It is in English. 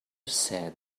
said